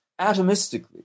atomistically